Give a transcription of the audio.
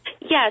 Yes